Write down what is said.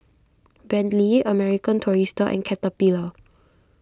Bentley American Tourister and Caterpillar